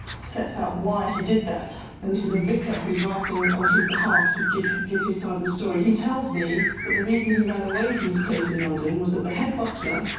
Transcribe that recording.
sets out why he did that. and this is a vicar who's writing on his behalf to give give his side of the story. he tells me that the reason he ran away from this place in london was that the head-butler,